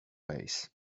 ways